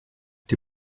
die